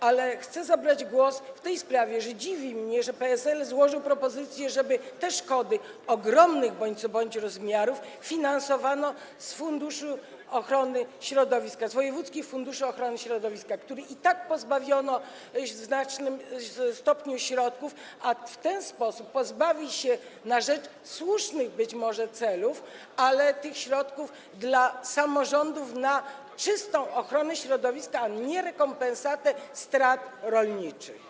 Ale chcę zabrać głos w tej sprawie, że dziwi mnie, że PSL złożył propozycję, żeby te szkody, ogromnych bądź co bądź rozmiarów, finansowano z funduszu ochrony środowiska, z wojewódzkich funduszy ochrony środowiska, które i tak pozbawiono w znacznym stopniu środków, a w ten sposób pozbawi się je, na rzecz słusznych być może celów, tych środków dla samorządów na czystą ochronę środowiska, nie rekompensatę strat rolniczych.